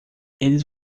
eles